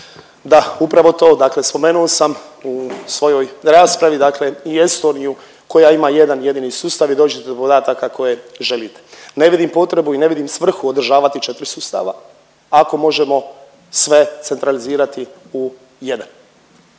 Da, upravo to. Dakle, spomenuo sam u svojoj raspravi, dakle i Estoniju koja ima jedan jedini sustav i dođete do podataka koje želite. Ne vidim potrebu i ne vidim svrhu održavati 4 sustava ako možemo sve centralizirati u jedan.